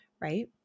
right